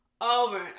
over